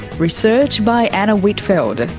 research by anna whitfeld,